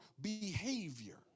behavior